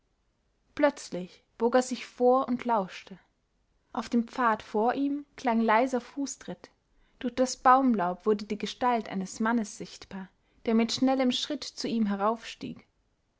plötzlich bog er sich vor und lauschte auf dem pfad vor ihm klang leiser fußtritt durch das baumlaub wurde die gestalt eines mannes sichtbar der mit schnellem schritt zu ihm